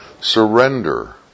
Surrender